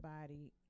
body